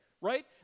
right